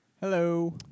Hello